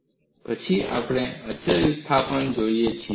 પછી આપણે અચળ વિસ્થાપન જોઈએ છીએ